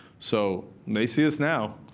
so they see us now.